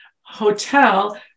Hotel